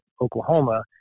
Oklahoma